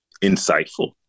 insightful